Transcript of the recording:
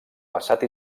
passat